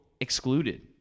excluded